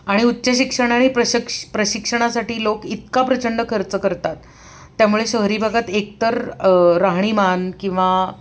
आणि उच्च शिक्षण आणि प्रशक्ष प्रशिक्षणासाठी लोक इतका प्रचंड खर्च करतात त्यामुळे शहरी भागात एकतर राहणीमान किंवा